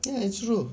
ya true